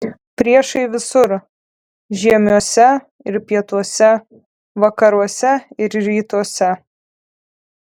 priešai visur žiemiuose ir pietuose vakaruose ir rytuose